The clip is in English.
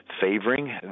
favoring